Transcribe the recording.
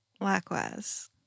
Likewise